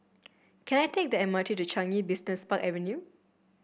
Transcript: can I take the M R T to Changi Business Park Avenue